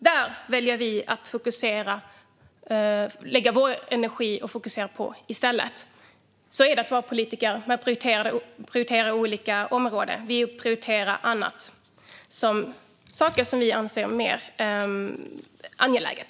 Här väljer vi att lägga vår energi. Som politiker prioriterar man olika områden, och vi prioriterar sådant som vi anser vara mer angeläget.